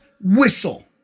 whistle